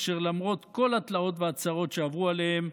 אשר למרות כל התלאות והצרות שעברו עליהם,